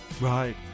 right